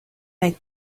make